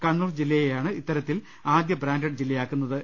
കണ്ണൂർ ജില്ല യെയാണ് ഇത്തരത്തിൽ ആദ്യ ബ്രാന്റഡ് ജില്ലയാക്കു ന്നത്